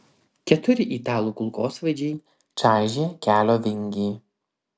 keturi italų kulkosvaidžiai čaižė kelio vingį